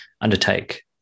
undertake